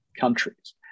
countries